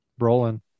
Brolin